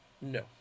No